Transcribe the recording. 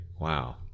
Wow